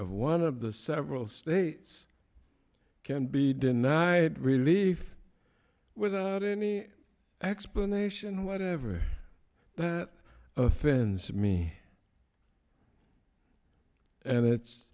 of one of the several states can be denied relief without any explanation whatever that offends me and it's